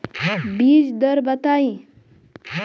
बीज दर बताई?